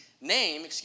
name